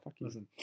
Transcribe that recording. listen